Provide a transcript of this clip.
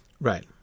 Right